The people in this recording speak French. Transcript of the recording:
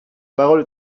parole